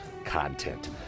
content